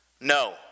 No